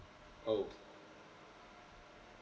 oh